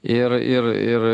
ir ir ir